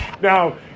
Now